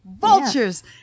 vultures